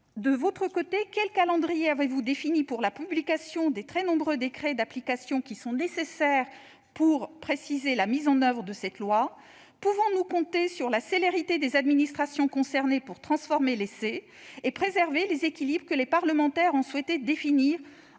De votre côté, quel calendrier avez-vous défini pour la publication des très nombreux décrets d'application nécessaires pour préciser la mise en oeuvre de cette loi ? Pouvons-nous compter sur la célérité des administrations concernées pour « transformer l'essai » et préserver les équilibres que les parlementaires ont souhaité définir,